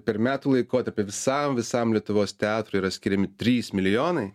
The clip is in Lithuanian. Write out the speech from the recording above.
per metų laikotarpį visam visam lietuvos teatrui yra skiriami trys milijonai